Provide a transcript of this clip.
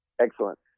Excellent